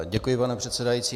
Děkuji, pane předsedající.